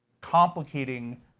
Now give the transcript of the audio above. complicating